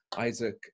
Isaac